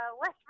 West